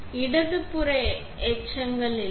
எனவே இடதுபுற எச்சங்கள் இல்லை